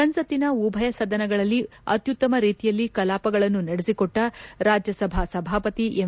ಸಂಸತ್ತಿನ ಉಭಯ ಸದನಗಳಲ್ಲಿ ಅತ್ಯುತ್ತಮ ರೀತಿಯಲ್ಲಿ ಕಲಾಪಗಳನ್ನು ನಡೆಸಿಕೊಟ್ಷ ರಾಜ್ಯಸಭಾ ಸಭಾಪತಿ ಎಂ